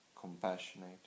compassionate